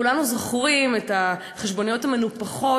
כולנו זוכרים את החשבוניות המנופחות